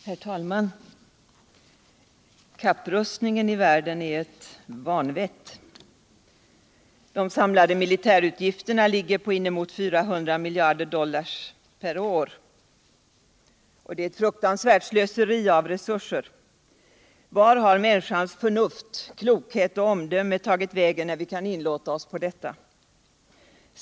Herr talman! Kapprustningen i världen är ett vanvett. De samlade militärutgifterna ligger på inemot 400 miljarder dollar per år. Det är ou fruktansvärt slöseri med resurser. Vart har människans förnuft, klokhet och omdöme tagit vägen, när vi kan inlåta oss på detta?